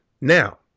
Now